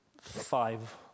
five